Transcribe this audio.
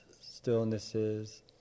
stillnesses